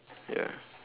ya